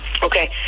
Okay